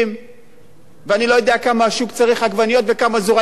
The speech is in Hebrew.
כמה עגבניות זורעים וכמה יהיה הבאלאנס וכמה יהיה הפער.